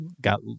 got